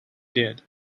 did